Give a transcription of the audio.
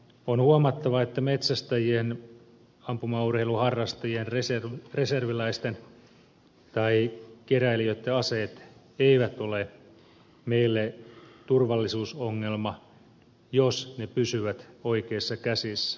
on huomattava että metsästäjien ampumaurheiluharrastajien reserviläisten tai keräilijöitten aseet eivät ole meille turvallisuusongelma jos ne pysyvät oikeissa käsissä